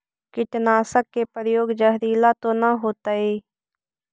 कीटनाशक के प्रयोग, जहरीला तो न होतैय?